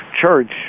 Church